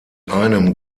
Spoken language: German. einem